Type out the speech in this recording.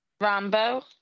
Rambo